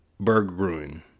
Berggruen